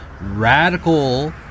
radical